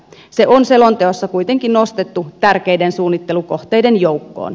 se on selonteossa kuitenkin nostettu tärkeiden suunnittelukohteiden joukkoon